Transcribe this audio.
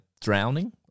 drowning